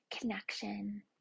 connection